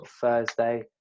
thursday